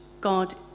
God